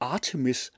Artemis